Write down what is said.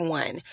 one